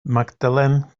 magdalen